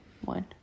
one